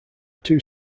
two